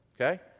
Okay